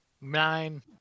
Nine